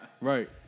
Right